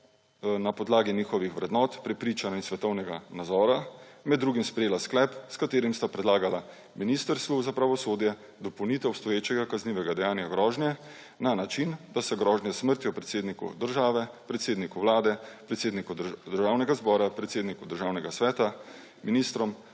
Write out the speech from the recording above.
na podlagi njihovih vrednot, prepričanj in svetovnega nazora med drugim sprejela sklep, s katerim sta predlagala Ministrstvu za pravosodje dopolnitev obstoječega kaznivega dejanja grožnje na način, da se grožnje s smrtjo predsedniku države, predsedniku Vlade, predsedniku Državnega zbora, predsedniku Državnega sveta, ministrom,